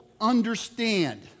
understand